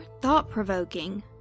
thought-provoking